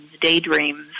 daydreams